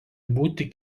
būti